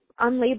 unlabeled